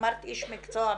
אמרת איש מקצוע בדילמה,